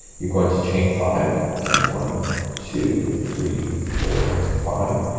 you're going to chain five. so one two three four five.